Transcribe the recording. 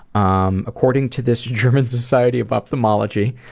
um according to this german society of ophthalmology.